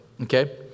Okay